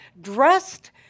dressed